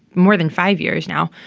more than five years now.